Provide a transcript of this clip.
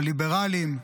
הליברלים,